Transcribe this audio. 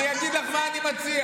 אני אגיד לך מה אני מציע.